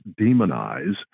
demonize